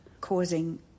causing